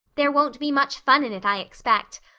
there won't be much fun in it, i expect.